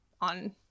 on